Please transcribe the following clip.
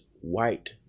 white